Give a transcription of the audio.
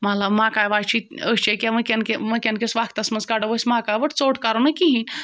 مطلب مَکاے وَچہِ أسۍ چھِ ییٚکیٛاہ وٕنکیٚن کہِ وٕنکیٚن کِس وقتَس منٛز کَڑو أسۍ مَکاے ؤٹ ژوٚٹ کَرو نہٕ کِہیٖنۍ